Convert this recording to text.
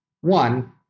One